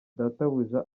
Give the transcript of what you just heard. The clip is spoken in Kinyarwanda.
databuja